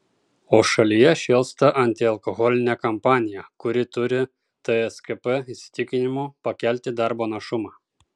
o šalyje šėlsta antialkoholinė kampanija kuri turi tskp įsitikinimu pakelti darbo našumą